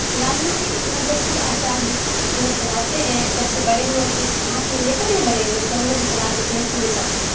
لازمی مطلب کہ آسان ہے ہم لوگ چلاتے ہیں جب سے بڑے ہوئے تو اس کو ہاتھ میں لے کر ہی بڑے ہوئے تو ہم لوگ چلا لیتے ہیں سمجھ جاتے ہیں